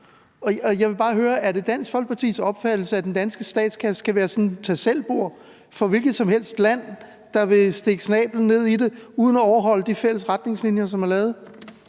om det er Dansk Folkepartis opfattelse, at den danske statskasse skal være sådan et tag selv-bord for hvilket som helst land, der vil stikke snablen ned i det uden at overholde de fælles retningslinjer, som er lavet?